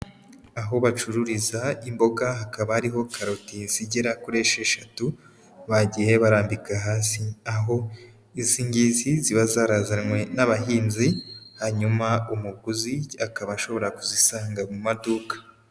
Aho bacururiza imboga hakaba hariho karoti zigera kuri esheshatu bagiye barambika hasi, aho izi ngizi ziba zarazanwe n'abahinzi hanyuma umuguzi akaba ashobora kuzisanga mu maduka.